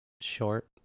short